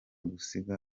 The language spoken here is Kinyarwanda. gusiga